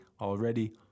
already